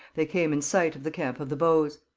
they came in sight of the camp of the bows.